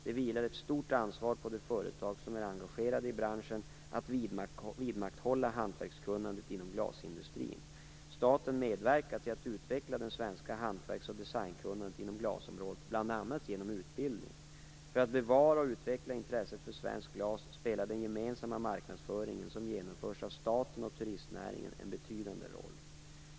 Det vilar ett stort ansvar på de företag som är engagerade i branchen att vidmakthålla hantverkskunnandet inom glasindustrin. Staten medverkar till att utveckla det svenska hantverks och designkunnandet inom glasområdet bl.a. genom utbildning. För att bevara och utveckla intresset för svenskt glas, spelar den gemensamma marknadsföring som genomförs av staten och turistnäringen en betydande roll.